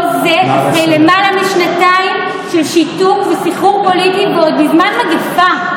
(כל זה אחרי למעלה משנתיים של שיתוק וסחרור פוליטי ועוד בזמן מגפה,